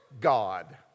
God